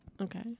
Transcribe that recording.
Okay